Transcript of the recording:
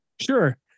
Sure